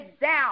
down